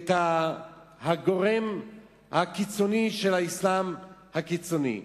את הגורם הקיצוני של האסלאם הקיצוני.